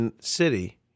City